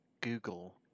Google